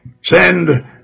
Send